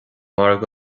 marbh